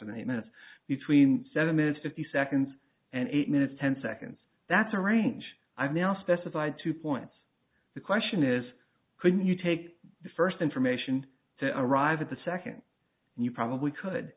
fascinate minutes between seven minutes fifty seconds and eight minutes ten seconds that's a range i'm now specified two points the question is can you take the first information to arrive at the second and you probably could